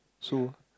so